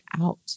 out